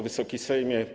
Wysoki Sejmie!